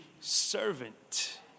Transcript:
servant